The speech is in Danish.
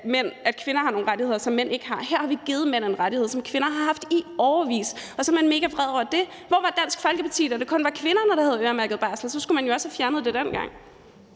at kvinder har nogle rettigheder, som mænd ikke har. Her har vi givet mænd en rettighed, som kvinder har haft i årevis, og så er man megavred over det. Hvor var Dansk Folkeparti, da det kun var kvinderne, der havde øremærket barsel? Så skulle man jo også have fjernet det dengang.